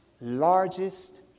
largest